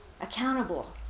accountable